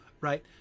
right